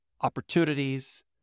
opportunities